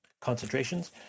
concentrations